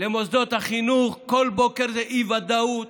למוסדות החינוך כל בוקר זה אי-ודאות,